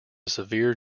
severe